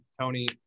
Tony